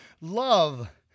Love